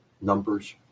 numbers